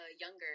younger